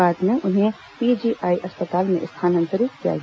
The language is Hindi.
बाद में उन्हें पीजीआई अस्पताल में स्थानांतरित किया गया